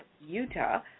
Utah